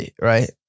right